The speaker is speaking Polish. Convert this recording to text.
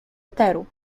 eteru